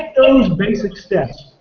those basic steps.